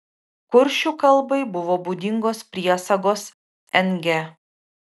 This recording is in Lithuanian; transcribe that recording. kuršių kalbai buvo būdingos priesagos ng